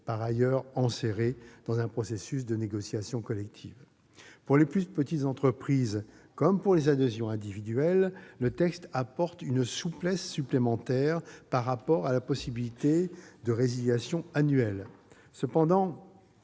par ailleurs enserré dans un processus de négociation collective. Pour les plus petites entreprises comme pour les adhésions individuelles, le texte apporte une souplesse supplémentaire par rapport à la possibilité de résiliation annuelle.